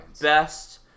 best